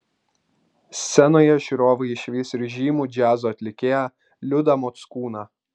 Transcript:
scenoje žiūrovai išvys ir žymų džiazo atlikėją liudą mockūną